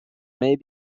may